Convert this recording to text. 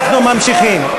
אנחנו ממשיכים.